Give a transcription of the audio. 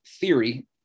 theory